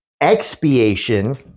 Expiation